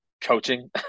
coaching